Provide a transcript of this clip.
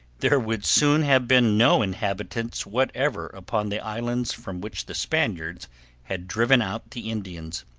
there would soon have been no inhabitants whatever upon the islands from which the spaniards had driven out the indians.